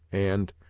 and,